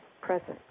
present